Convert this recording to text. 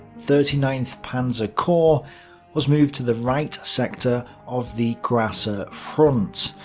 thirty ninth panzer corps was moved to the right sector of the grasser front.